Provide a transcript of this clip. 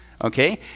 Okay